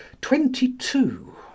twenty-two